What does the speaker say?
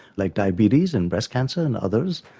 like diabetes and breast cancer and others.